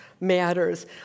matters